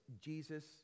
jesus